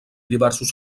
diverses